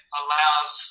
allows